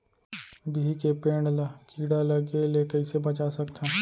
बिही के पेड़ ला कीड़ा लगे ले कइसे बचा सकथन?